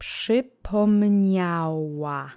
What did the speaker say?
Przypomniała